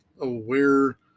aware